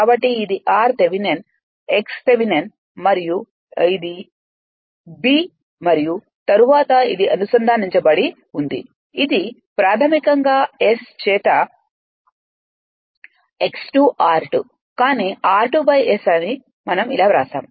కాబట్టి ఇది r Thevenin x Thevenin మరియు ఇది b మరియు తరువాత ఇది అనుసంధానించబడి ఉంది ఇది ప్రాథమికంగా s చేత x2 r2 కానీ r2s మనం ఇలా వ్రాసాము